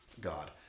god